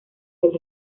del